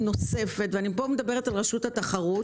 נוספת אני מדברת פה על רשות התחברות,